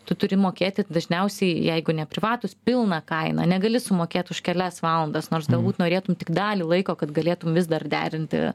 tu turi mokėti dažniausiai jeigu neprivatūs pilną kainą negali sumokėt už kelias valandas nors galbūt norėtum tik dalį laiko kad galėtum vis dar derinti